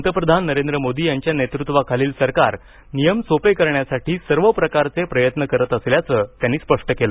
पंतप्रधान नरेंद्र मोदी यांच्या नेतृत्वाखालील सरकार नियम सोपे करण्यासाठी सर्व प्रकारचे प्रयत्न करत असल्याचं त्यांनी स्पष्ट केलं